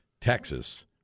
Texas